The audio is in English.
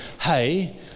hey